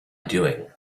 doing